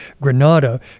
Granada